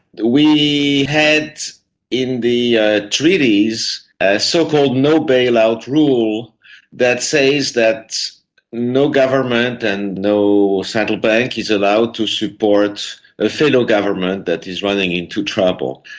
we had in the treaties a so-called no bailout rule that says that no government and no central bank is allowed to support a fellow government that is running into trouble.